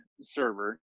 server